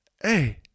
Hey